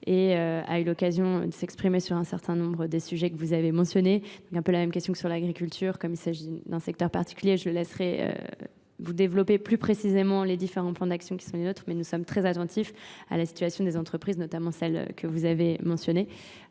et a eu l'occasion de s'exprimer sur un certain nombre des sujets que vous avez mentionnés, donc un peu la même question que sur l'agriculture. Comme il s'agit d'un secteur particulier, je le laisserai vous développer plus précisément les différents plans d'action qui sont les nôtres, mais nous sommes très attentifs à la situation des entreprises, notamment celles que vous avez mentionnées.